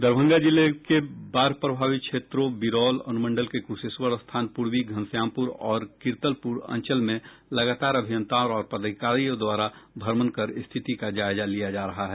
दरभंगा जिले के बाढ़ प्रभावित क्षेत्रों बिरौल अनुमंडल के क्शवेश्वर स्थान पूर्वी घनश्यामपूर और किरतलपूर अंचल में लगातार अभियंताओं और पदाधिकारियों द्वारा भ्रमण कर स्थिति का जायजा लिया जा रहा है